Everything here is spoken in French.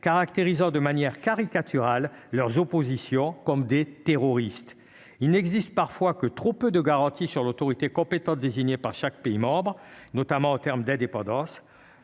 caractérisant de manière caricaturale leurs oppositions comme des terroristes, il n'existe parfois que trop peu de garanties sur l'autorité compétente désignés par chaque pays membre, notamment en terme d'indépendance,